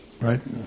right